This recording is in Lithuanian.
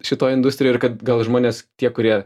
šitoj industrijoj ir kad gal žmonės tie kurie